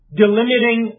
delimiting